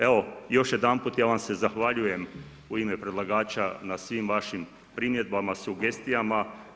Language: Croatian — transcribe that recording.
Evo, još jedanput ja vam se zahvaljujem u ime predlagača na svim vašim primjedbama, sugestijama.